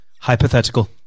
hypothetical